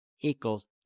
equals